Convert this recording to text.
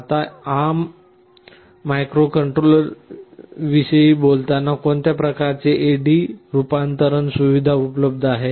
आता ARM microcontrollers विषयी बोलताना कोणत्या प्रकारचे AD रूपांतरण सुविधा उपलब्ध आहेत